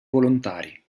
volontari